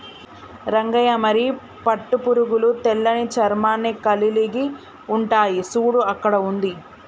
రంగయ్య మరి పట్టు పురుగులు తెల్లని చర్మాన్ని కలిలిగి ఉంటాయి సూడు అక్కడ ఉంది